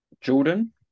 Jordan